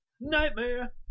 Nightmare